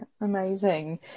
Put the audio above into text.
Amazing